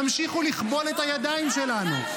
תמשיכו לכבול את הידיים שלנו.